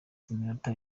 iminota